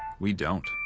we don't.